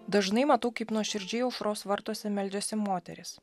dažnai matau kaip nuoširdžiai aušros vartuose meldžiasi moterys